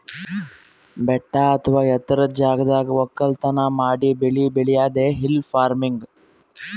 ಬೆಟ್ಟ ಅಥವಾ ಎತ್ತರದ್ ಜಾಗದಾಗ್ ವಕ್ಕಲತನ್ ಮಾಡಿ ಬೆಳಿ ಬೆಳ್ಯಾದೆ ಹಿಲ್ ಫಾರ್ಮಿನ್ಗ್